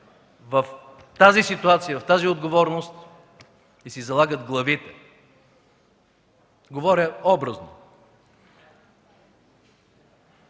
в тази ситуация, в тази отговорност и си залагат главите – говоря образно.